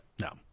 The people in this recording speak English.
No